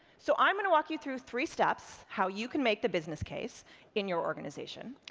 so, i'm gonna walk you through three steps, how you can make the business case in your organization.